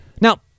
Now